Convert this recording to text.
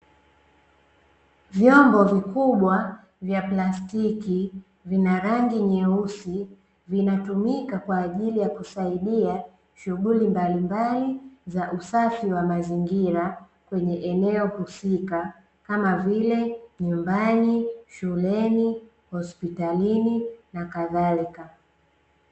Vyombo vikubwa vya plastiki vina rangi nyeusi vinatumika kwa ajili ya kusaidia shughuli mbalimbali za usafi wa mazingira kwenye eneo husika kama vile nyumbani, shuleni, hospitalini nakadhalika.